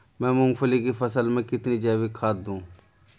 मैं मूंगफली की फसल में कितनी जैविक खाद दूं?